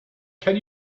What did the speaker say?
can